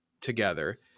together